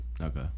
Okay